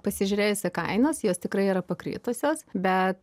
pasižiūrėjus į kainas jos tikrai yra pakritusios bet